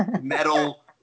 metal